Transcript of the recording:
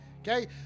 Okay